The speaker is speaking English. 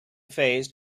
phase